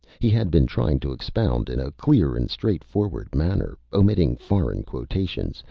he had been trying to expound in a clear and straightforward manner, omitting foreign quotations,